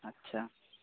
अच्छा